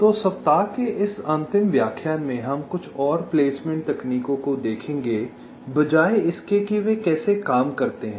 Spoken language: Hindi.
तो सप्ताह के इस अंतिम व्याख्यान में हम कुछ और प्लेसमेंट तकनीकों को देखेंगे बजाय इसके कि वे कैसे काम करते हैं